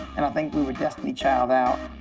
and i think we were destiny child'd out,